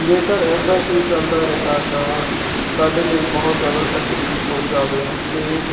ਜੇਕਰ ਇੱਦਾਂ ਹੀ ਚੱਲਦਾ ਰਿਹਾ ਤਾਂ ਸਾਡੇ ਲਈ ਬਹੁਤ ਜ਼ਿਆਦਾ ਤਕਲੀਫ ਹੋ ਜਾਵੇਗੀ ਅਤੇ